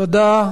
תודה.